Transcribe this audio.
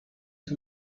too